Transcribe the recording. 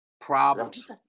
problems